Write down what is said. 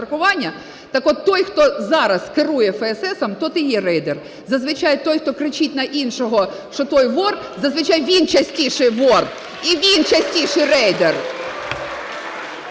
Так от той, хто зараз керує ФСС, той і є рейдер. Зазвичай той, хто кричить на іншого, що той вор, зазвичай він частіше вор, і він частіше рейдер.